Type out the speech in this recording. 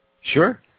Sure